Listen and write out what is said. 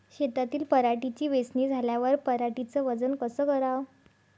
शेतातील पराटीची वेचनी झाल्यावर पराटीचं वजन कस कराव?